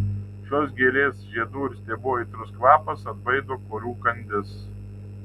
šios gėlės žiedų ir stiebų aitrus kvapas atbaido korių kandis